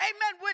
Amen